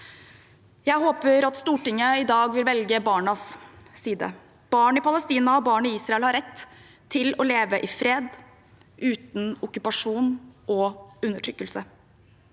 Jeg håper at Stortinget i dag vil velge barnas side. Barn i Palestina og barn i Israel har rett til å leve i fred uten okkupasjon og undertrykkelse.